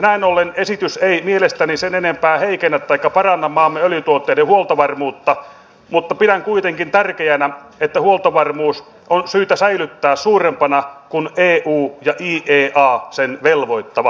näin ollen esitys ei mielestäni sen enempää heikennä kuin parannakaan maamme öljytuotteiden huoltovarmuutta mutta pidän kuitenkin tärkeänä että huoltovarmuus säilytetään suurempana kuin eu ja iea velvoittavat